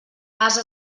ase